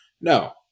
No